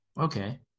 Okay